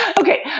okay